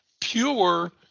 pure